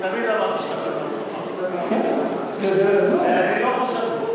אני תמיד אמרתי שאתה בן-אדם חכם, ואני לא חוזר בי.